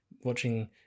watching